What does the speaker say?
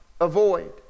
avoid